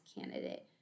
candidate